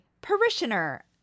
parishioner